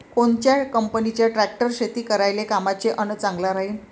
कोनच्या कंपनीचा ट्रॅक्टर शेती करायले कामाचे अन चांगला राहीनं?